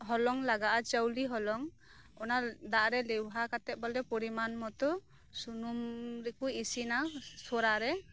ᱦᱚᱞᱚᱝ ᱞᱟᱜᱟᱜᱼᱟ ᱪᱟᱣᱞᱤ ᱦᱚᱞᱚᱝ ᱚᱱᱟ ᱫᱟᱜ ᱨᱮ ᱞᱮᱣᱦᱟ ᱠᱟᱛᱮᱫ ᱵᱚᱞᱮ ᱯᱚᱨᱤᱢᱟᱱ ᱢᱚᱛᱚ ᱥᱩᱱᱩᱢ ᱨᱮᱠᱚ ᱤᱥᱤᱱᱟ ᱥᱚᱨᱟ ᱨᱮ